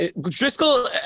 Driscoll